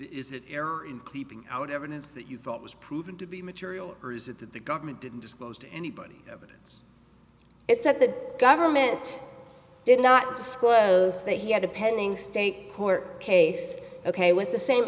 is it out evidence that you thought was proven to be material or is it that the government didn't disclose to anybody that it's that the government did not disclose that he had a pending state court case ok with the